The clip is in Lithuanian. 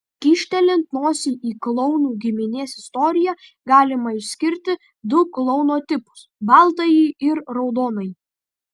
kyštelint nosį į klounų giminės istoriją galima išskirti du klouno tipus baltąjį ir raudonąjį